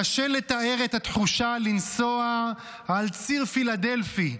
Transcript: קשה לתאר את התחושה לנסוע על ציר פילדלפי,